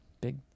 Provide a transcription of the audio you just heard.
Big